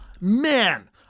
man